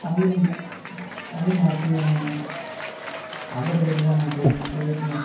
તાલીમ તાલીમાર્થીઓને આગળ વધવા માટેની પ્રયત્નો